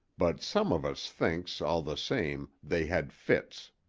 but some of us thinks, all the same, they had fits.